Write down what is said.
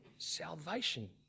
salvation